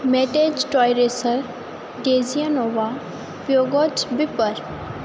ਮੈਟੇਜ ਟੋਏਰੇਸਰ ਗੇਜੀਆ ਨੋਵਾ ਪਿਓਗਚ ਵਿਪਰ